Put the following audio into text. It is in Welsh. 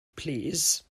plîs